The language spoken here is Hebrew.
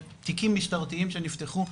על תיקים משטרתיים שנפתחו,